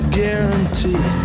guarantee